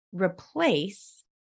replace